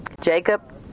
Jacob